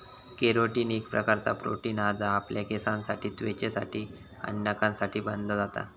carotene एक प्रकारचा protein हा जा आपल्या केसांसाठी त्वचेसाठी आणि नखांसाठी बनला जाता